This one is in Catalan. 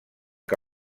que